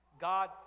God